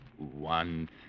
One